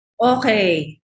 Okay